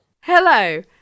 Hello